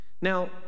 Now